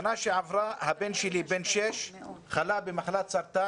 שנה שעברה הבן שלי בן שש חלה במחלת סרטן